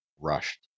Rushed